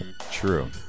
True